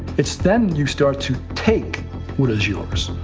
it's then you start to take what is yours